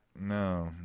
No